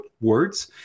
words